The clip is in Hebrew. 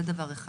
זה דבר אחד.